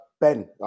Ben